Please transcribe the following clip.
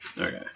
Okay